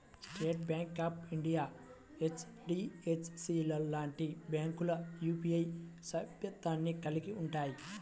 state bank of India, HDFC లాంటి బ్యాంకులు UPI సభ్యత్వాన్ని కలిగి ఉంటయ్యి